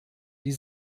die